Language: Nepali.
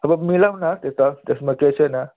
अब मिलाउँ न त्यो त त्यसमा केही छैन